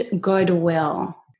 goodwill